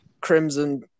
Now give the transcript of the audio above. Crimson